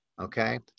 Okay